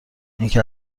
اینکه